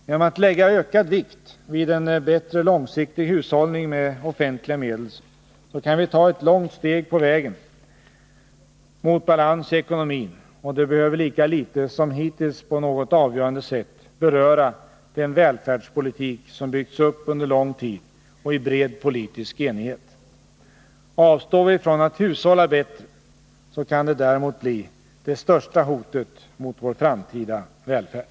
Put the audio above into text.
Genom att lägga ökad vikt vid en bättre långsiktig hushållning med offentliga medel kan vi ta ett långt steg på vägen mot balans i ekonomin, och det behöver lika litet som hittills på något avgörande sätt beröra den välfärdspolitik som byggts upp under lång tid och i bred politisk enighet. Avstår vi från att hushålla bättre, så kan det däremot bli det största hotet mot vår framtida välfärd.